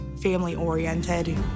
family-oriented